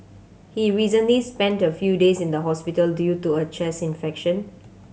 he recently spent a few days in hospital due to a chest infection